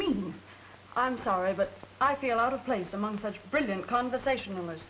mean i'm sorry but i feel out of place among such brilliant conversationalist